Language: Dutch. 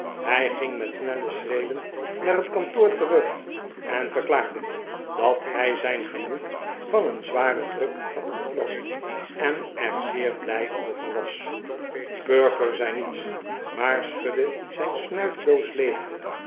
hij ging met snelle schreden naar het kantoor terug en verklaarde dat hij zijn gemoed van een zwaren druk had ontlast en er zeer blij over was perker zei niets maar schudde zijn snuifdoos leeg